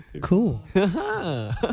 Cool